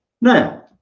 Now